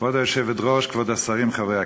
כבוד היושבת-ראש, כבוד השרים, חברי הכנסת,